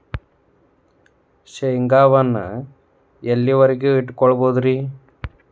ಶೇಂಗಾವನ್ನು ಎಲ್ಲಿಯವರೆಗೂ ಇಟ್ಟು ಕೊಳ್ಳಬಹುದು ರೇ?